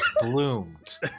bloomed